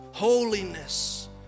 holiness